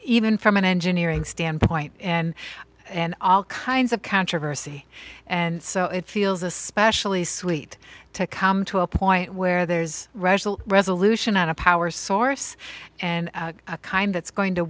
even from an engineering standpoint and and all kinds of controversy and so it feels especially sweet to come to a point where there's rational resolution out of power source and kind that's going to